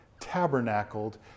tabernacled